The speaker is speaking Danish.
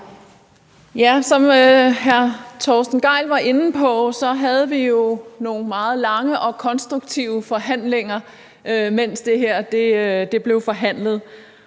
Tak. Som hr. Torsten Gejl var inde på, havde vi nogle meget lange og konstruktive forhandlinger, og derfor synes